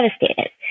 devastated